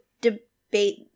debate